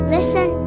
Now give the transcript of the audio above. Listen